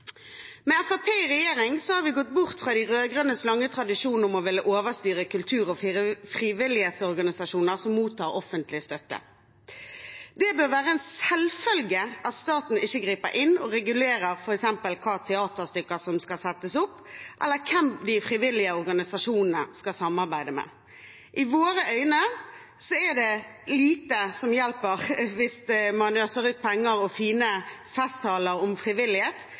Med Fremskrittspartiet i regjering har vi gått bort fra de rød-grønnes lange tradisjon om å ville overstyre kultur- og frivillighetsorganisasjoner som mottar offentlig støtte. Det bør være en selvfølge at staten ikke griper inn og regulerer f.eks. hvilke teaterstykker som skal settes opp, eller hvem de frivillige organisasjonene skal samarbeide med. I våre øyne er det lite som hjelper hvis man øser ut penger og fine festtaler om frivillighet,